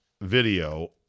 video